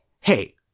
hey